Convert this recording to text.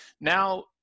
now